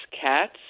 cats